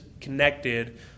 connected